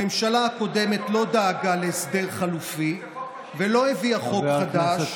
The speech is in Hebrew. הממשלה הקודמת לא דאגה להסדר חלופי ולא הביאה חוק חדש.